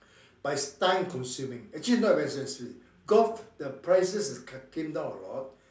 but it's time consuming actually it's not very expensive golf the prices is came down a lot